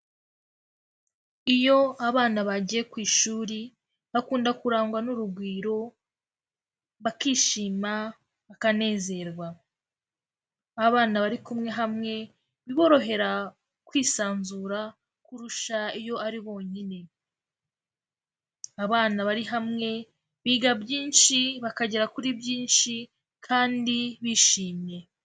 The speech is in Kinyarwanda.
Iyo abana bagiye ku ishuri, bakunda kurangwa n'urugwiro, bakishima bakanezerwa, abana bari kumwe hamwe biborohera kwisanzura, kurusha iyo ari bonyine, abana bari hamwe biga byinshi bakagera kuri byinshi kandi bishimye.